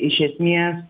iš esmės